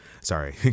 sorry